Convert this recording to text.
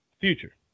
Future